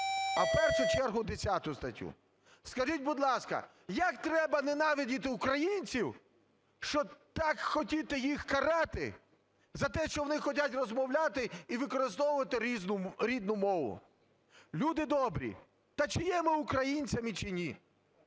в першу чергу 10 статтю. Скажіть, будь ласка, як треба ненавидіти українців, щоб так хотіти їх карати за те, що вони хочуть розмовляти і використовувати рідну мову? Люди добрі, та чи є ми українцями, чи ні?!